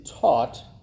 taught